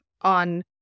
on